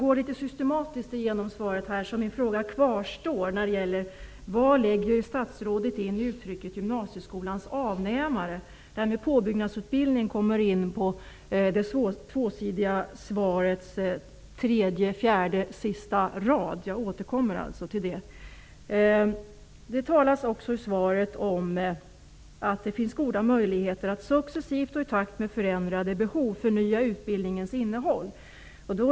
Fru talman! Jag går igenom svaret systematiskt, och min fråga kvarstår: Vad lägger statsrådet in i uttrycket gymnasieskolans avnämare? Detta med påbyggnadsutbildning nämns först i slutet av svaret. Jag återkommer alltså till det. Det talas också i svaret om att det finns goda möjligheter att successivt och i takt med förändrade behov förnya utbildningens innehåll.